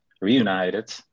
reunited